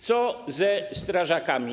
Co ze strażakami?